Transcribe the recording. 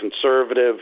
conservative